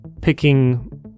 picking